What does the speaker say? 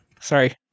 Sorry